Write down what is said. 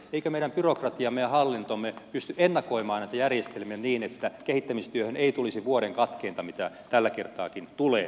eikö meidän byrokratiamme ja hallintomme pysty ennakoimaan näitä järjestelmiä niin että kehittämistyöhön ei tulisi vuoden katkeinta mikä tälläkin kertaa tulee